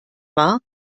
wahr